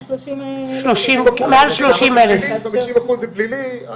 מעל 30,000. 50% זה פלילי,